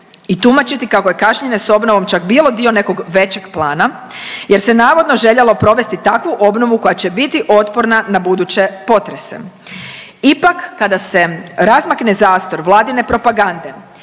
i tumačiti kako je kašnjenje s obnovom čak bilo dio nekog većeg plana jer se navodno željelo provesti takvu obnovu koja će biti otporna na buduće potrese. Ipak kada se razmakne zastor vladine propagande